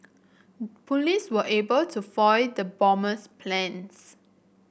police were able to foil the bomber's plans